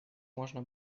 можно